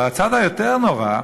בצד היותר נורא,